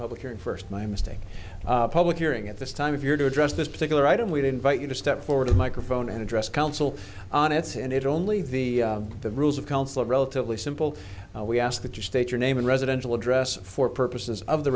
public hearing first my mistake a public hearing at this time of year to address this particular item we didn't vote you know step forward microphone and address counsel on its and it only the the rules of counsel relatively simple we ask that you state your name and residential address for purposes of the